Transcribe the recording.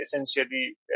essentially